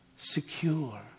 Secure